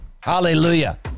Hallelujah